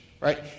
right